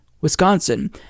Wisconsin